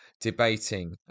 debating